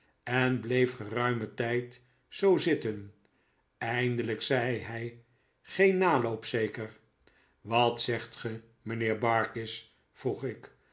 en bleef geruimen tijd zoo zitten eindelijk zei hij geen naloop zeker wat zegt ge mijnheer barkis vroeg ik